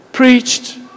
Preached